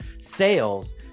sales